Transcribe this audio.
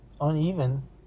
uneven